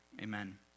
Amen